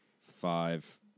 five